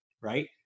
right